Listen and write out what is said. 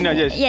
yes